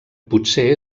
potser